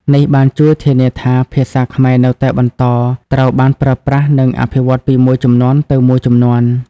នេះបានជួយធានាថា ភាសាខ្មែរនៅតែបន្តត្រូវបានប្រើប្រាស់ និងអភិវឌ្ឍពីជំនាន់មួយទៅជំនាន់មួយ។